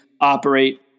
operate